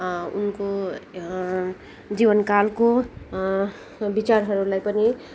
उनको जीवनकालको विचारहरूलाई पनि